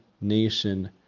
nation